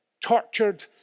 tortured